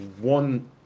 one